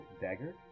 dagger